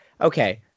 okay